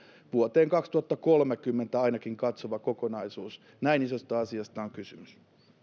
ainakin vuoteen kaksituhattakolmekymmentä katsova kokonaisuus näin isosta asiasta on kysymys